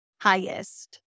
highest